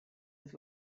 his